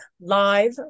live